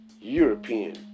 European